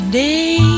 day